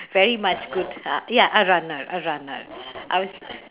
very much good uh ya a runner a runner I was